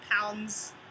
pounds